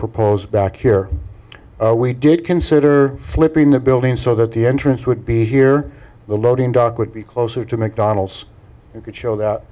proposed back here we did consider flipping the building so that the entrance would be here the loading dock would be closer to mcdonald's you could show that